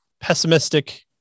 pessimistic